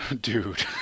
dude